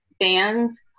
fans